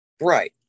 Right